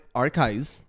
archives